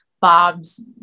Bob's